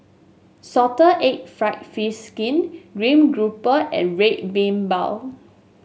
Salted Egg fried fish skin stream grouper and Red Bean Bao